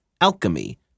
alchemy